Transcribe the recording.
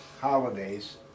holidays